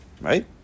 right